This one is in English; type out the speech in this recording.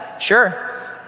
Sure